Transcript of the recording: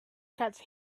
catch